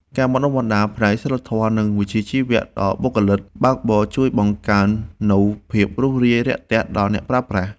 ការបណ្ដុះបណ្ដាលផ្នែកសីលធម៌ និងវិជ្ជាជីវៈដល់បុគ្គលិកបើកបរជួយបង្កើននូវភាពរួសរាយរាក់ទាក់ដល់អ្នកប្រើប្រាស់។